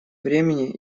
времени